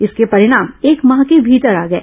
इसके परिणाम एक माह के भीतर आ गए